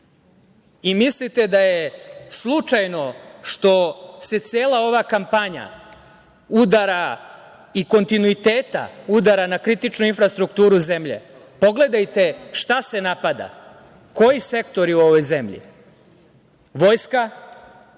da je slučajno što se cela ova kampanja udara i kontinuiteta udara na kritičnu infrastrukturu zemlje. Pogledajte šta se napada, koji sektori u ovoj zemlji? Vojska,